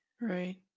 Right